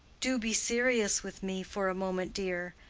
do be serious with me for a moment, dear.